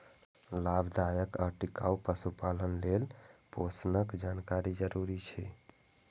लाभदायक आ टिकाउ पशुपालन लेल पोषणक जानकारी जरूरी छै